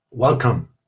Welcome